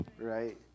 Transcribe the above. Right